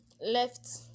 left